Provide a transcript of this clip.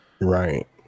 right